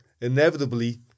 inevitably